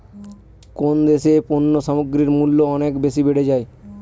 কোন দেশে পণ্য সামগ্রীর মূল্য অনেক বেশি বেড়ে যায়?